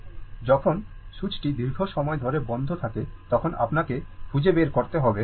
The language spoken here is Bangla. সুতরাং যখন সুইচটি দীর্ঘ সময় ধরে বন্ধ থাকে তখন আপনাকে খুঁজে বের করতে হবে